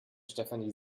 stefanie